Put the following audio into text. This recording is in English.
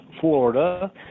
Florida